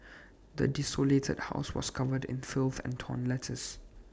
the desolated house was covered in filth and torn letters